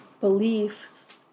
beliefs